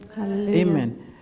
amen